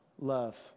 Love